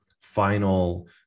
final